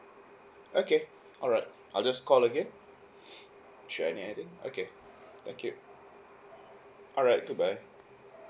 okay alright I'll just call again sure I don't need anything okay thank you alright goodbye